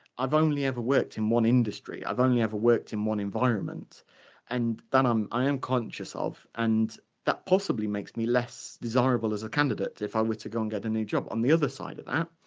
i've only ever worked in one industry, i've only ever worked in one environment and that um i am conscious ah of and that possibly makes me less desirable as a candidate if i were to go and get a new job. on the other side of that,